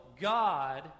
God